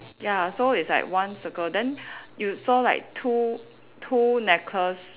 ya so it's like one circle then you saw like two two necklace